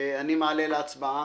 מעלה להצבעה.